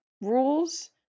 rules